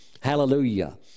Hallelujah